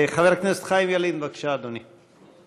חבר הכנסת חיים ילין, בבקשה, אדוני.